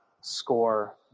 score